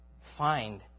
find